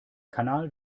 kanal